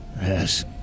Yes